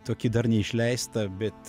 tokį dar neišleistą bet